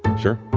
sure